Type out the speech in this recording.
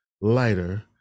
lighter